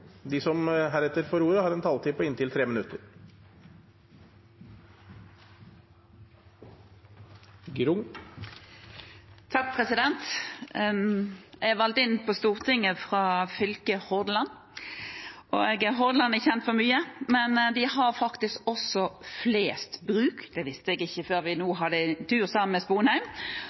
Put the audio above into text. De talerne som heretter får ordet, har en taletid på inntil 3 minutter. Jeg er valgt inn på Stortinget fra fylket Hordaland. Hordaland er kjent for mye, men de har faktisk også flest bruk. Det visste jeg ikke før vi hadde en tur sammen med Sponheim.